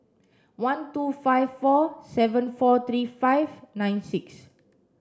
one two five four seven four three five nine six